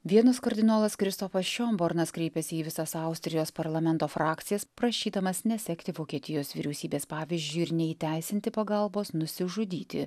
vienas kardinolas kristofas šionbornas kreipėsi į visas austrijos parlamento frakcijas prašydamas nesekti vokietijos vyriausybės pavyzdžiu ir neįteisinti pagalbos nusižudyti